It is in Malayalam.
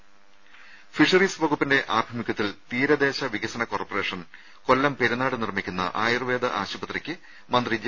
ദേദ ഫിഷറീസ് വകുപ്പിന്റെ ആഭിമുഖ്യത്തിൽ തീരദേശ വികസന കോർപ്പറേഷൻ കൊല്ലം പെരിനാട് നിർമ്മിക്കുന്ന ആയുർവേ ആശുപത്രിയ്ക്ക് മന്ത്രി ജെ